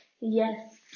yes